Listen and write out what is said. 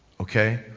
Okay